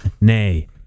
Nay